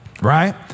right